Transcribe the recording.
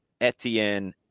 etienne